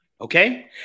okay